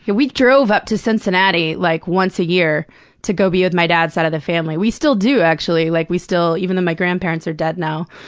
and we drove up to cincinnati, like, once a year to go be with my dad's side of the family. we still do, actually. like, we still even though my grandparents are dead now.